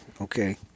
Okay